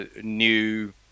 new